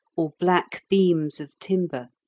or black beams of timber.